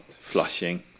flushing